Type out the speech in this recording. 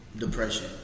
Depression